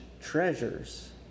treasures